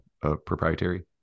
proprietary